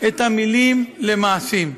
את המילים למעשים,